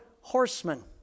horsemen